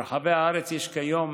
ברחבי הארץ יש כיום